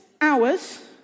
hours